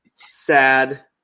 sad